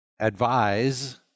advise